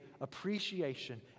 appreciation